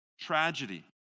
tragedy